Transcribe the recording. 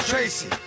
Tracy